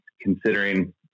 Considering